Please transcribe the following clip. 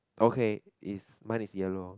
okay is mine is yellow